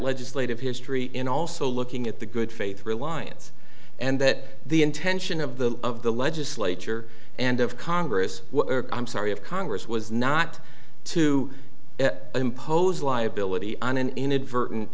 legislative history in also looking at the good faith reliance and that the intention of the of the legislature and of congress i'm sorry of congress was not to impose liability on an inadvertent